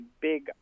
big